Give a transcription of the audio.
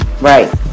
right